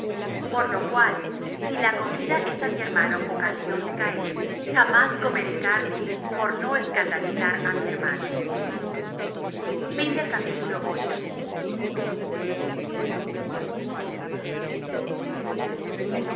por lo cual si la comida es á mi hermano ocasión de caer jamás comeré carne por no escandalizar á mi hermano no